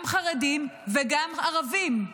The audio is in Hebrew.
גם חרדים וגם ערבים.